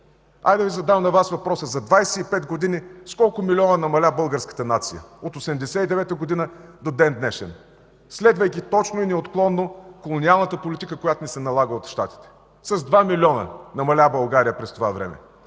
да Ви задам на Вас въпроса: за 25 години с колко милиона намаля българската нация – от 1989 г. до ден-днешен, следвайки точно и неотклонно колониалната политика, която ни се налага от Щатите? С два милиона намаля България през това време!